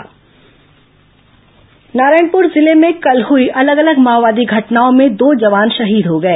जवान शहीद नारायणपुर जिले में कल हुई अलग अलग माओवादी घटनाओं में दो जवान शहीद हो गए